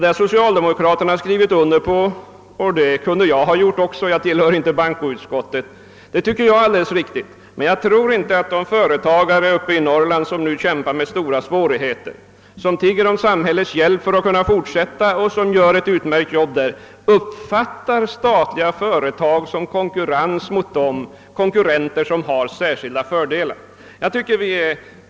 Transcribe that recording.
Det har socialdemokraterna i utskottet skrivit under på, och det kunde jag också gjort om jag hade tillhört bankoutskottet. Men jag tror inte att de företagare i Norrland som nu kämpar med stora svårigheter, som tigger om samhällets hjälp för att kunna fortsätta sin verksamhet och som gör ett utmärkt jobb uppfattar statliga företag som konkurrenter som har särskilda fördelar.